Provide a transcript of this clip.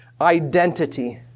identity